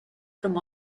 from